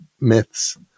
myths